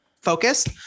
focused